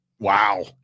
Wow